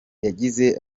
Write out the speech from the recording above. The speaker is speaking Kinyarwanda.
yagize